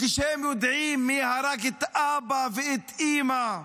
כשהם יודעים מי הרג את אבא ואת אימא?